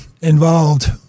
involved